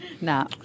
No